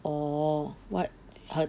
orh what